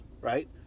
right